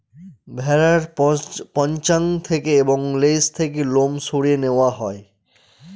ভেড়ার পশ্চাৎ থেকে এবং লেজ থেকে লোম সরিয়ে নেওয়া হয়